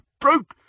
Broke